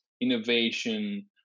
innovation